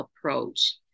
approach